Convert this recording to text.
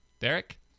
Derek